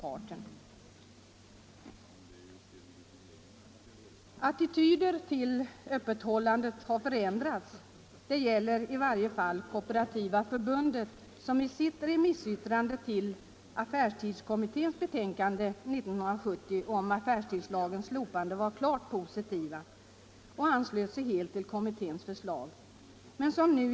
Attityden till öppethållandet har förändrats. Det gäller i varje fall Kooperativa förbundet, som i sitt remissyttrande över affärstidskommitténs betänkande 1970 om affärstidslagens slopande intog en klart positiv ståndpunkt och anslöt sig helt till kommitténs förslag.